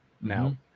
now